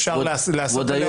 אפשר לעשות חוצה מפלגות.